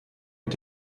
mit